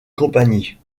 compagnie